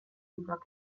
ditzake